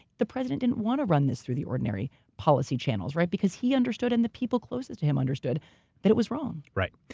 the president didn't want to run this through the ordinary policy channels, right? because he understood and the people closest to him understood that it was wrong. right.